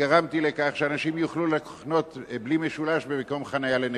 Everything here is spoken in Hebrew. גרמתי לכך שאנשים יוכלו לחנות בלי משולש במקום חנייה לנכה.